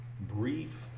brief